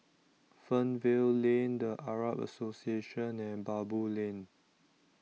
Fernvale Lane The Arab Association and Baboo Lane